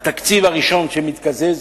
התקציב הראשון שמתקזז